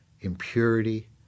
impurity